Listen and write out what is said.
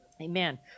Amen